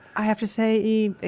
i have to say, e, ah